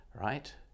right